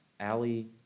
Ali